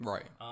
Right